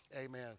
amen